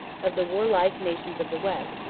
of the warlike nations of the west,